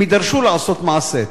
הם יידרשו לעשות מעשה.